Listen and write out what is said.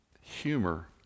humor